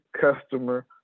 customer